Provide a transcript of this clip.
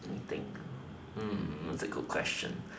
let me think that's a good question